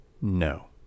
No